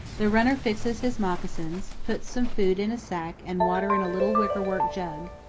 the runner fixes his moccasins, puts some food in a sack and water in a little wickerwork jug,